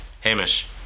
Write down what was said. Hamish